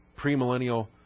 premillennial